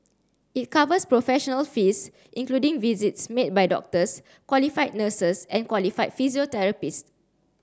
it covers professional fees including visits made by doctors qualified nurses and qualified physiotherapists